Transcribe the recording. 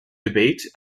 debate